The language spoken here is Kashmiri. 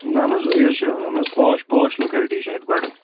اَہَن حظ یہِ حظ چھُ نہ حظ پاش پوش لوکَیلٹی چھِ اَتہِ بَڑٕ